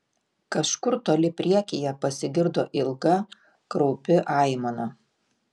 kažkur toli priekyje pasigirdo ilga kraupi aimana